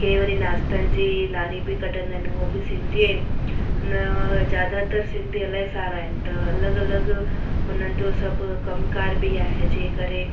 के वरी नाश्तनि जी लारी बि कढंदा आहिनि उओ बि सिंधी आहिनि अन ज्यादातर सिंधी इलाही सारा आहिनि त अलॻि अलॻि उन्हनि जो सभु कमकार बि आहे जंहिं करे